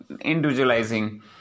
individualizing